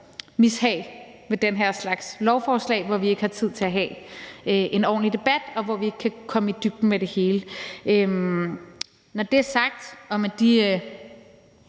mishag ved den her slags lovforslag, hvor vi ikke har tid til at have en ordentlig debat, og hvor vi ikke kan komme i dybden med det hele. Når det er sagt og med de